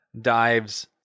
dives